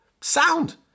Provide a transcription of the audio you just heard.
sound